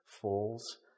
falls